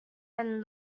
and